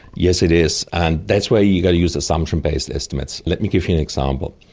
yes it is. and that's why you got to use assumption-based estimates. let me give you an example.